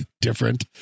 different